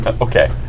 Okay